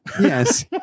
Yes